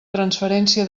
transferència